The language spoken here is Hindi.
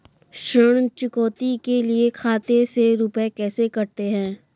ऋण चुकौती के लिए खाते से रुपये कैसे कटते हैं?